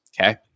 Okay